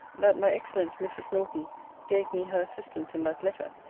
that my excellent mrs. norton gave me her assistance in that letter,